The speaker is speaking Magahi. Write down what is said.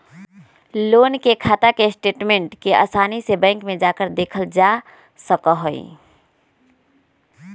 लोन के खाता के स्टेटमेन्ट के आसानी से बैंक में जाकर देखल जा सका हई